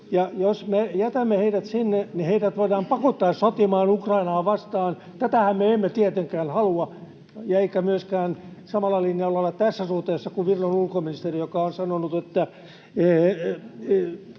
Jos me jätämme heidät sinne, niin heidät voidaan pakottaa sotimaan Ukrainaa vastaan. Tätähän me emme tietenkään halua, emmekä myöskään olla samalla linjalla tässä suhteessa kuin Viron ulkoministeri, joka on sanonut, että